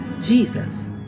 jesus